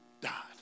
died